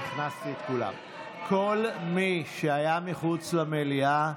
כל מי שהיה מחוץ למליאה,